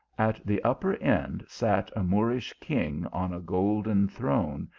at the upper end sat a moorish king on a golden throne,